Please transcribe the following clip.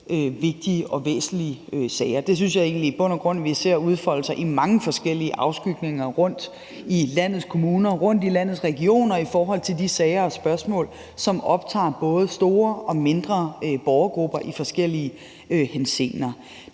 vigtige og væsentlige sager. Det synes jeg egentlig i bund og grund vi ser udfolde sig i mange forskellige afskygninger rundt i landets kommuner og rundt i landets regioner i forhold til de sager og spørgsmål, som optager både store og mindre borgergrupper i forskellige henseender.